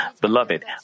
Beloved